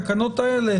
בתקנות האלה,